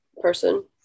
person